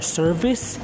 service